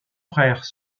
frères